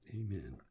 Amen